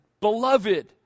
beloved